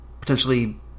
Potentially